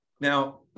Now